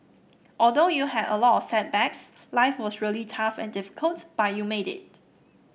although you had a lot of setbacks life was really tough and difficult but you made it